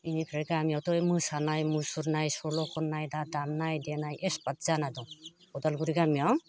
इनिफ्राय गामियावथ' मोसानाय मुसुरनाय सल' खननाय एबा दामनाय देनाय एक्सपार्ट जाना दं अदालगुरि गामियाव